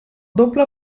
doble